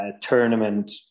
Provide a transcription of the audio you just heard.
tournament